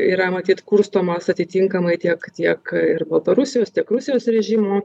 yra matyt kurstomas atitinkamai tiek tiek ir baltarusijos tiek rusijos režimų